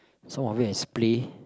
some of it is play